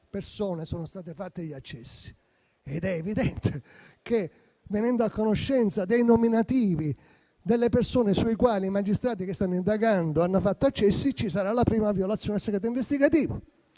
sono stati fatti tali accessi ed è evidente che, venendo a conoscenza dei nominativi delle persone sulle quali i magistrati che stanno indagando hanno fatto accessi, ci sarà la prima violazione del segreto investigativo.